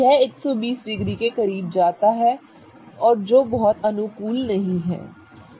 यह 120 डिग्री के करीब जाता है और जो बहुत अनुकूल नहीं है